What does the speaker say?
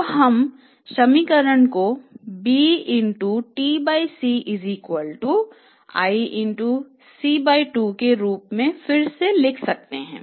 तो हम समीकरण को bTC iC2 के रूप में फिर से लिख सकते हैं